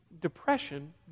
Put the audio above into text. depression